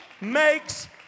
makes